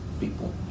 people